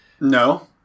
No